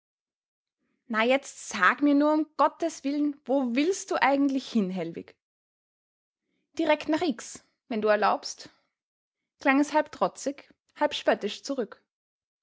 na jetzt sag mir nur um gotteswillen wo willst du eigentlich hin hellwig direkt nach x wenn du erlaubst klang es halb trotzig halb spöttisch zurück